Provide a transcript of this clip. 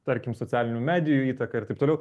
tarkim socialinių medijų įtaką ir taip toliau